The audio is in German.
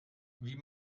wie